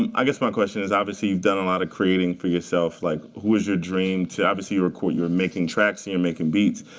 i guess my question is, obviously, you've done a lot of creating for yourself. like, who is your dream to obviously record you're making tracks. you're making beats.